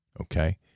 Okay